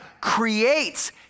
creates